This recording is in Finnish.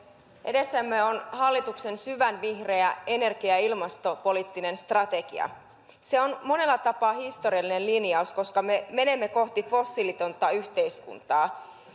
edessämme on hallituksen syvänvihreä energia ja ilmastopoliittinen strategia se on monella tapaa historiallinen linjaus koska me menemme kohti fossiilitonta yhteiskuntaa